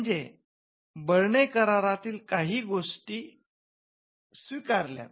म्हणजे बर्ने करारातील काही गोष्टीत स्विकारल्यात